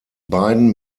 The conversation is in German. beiden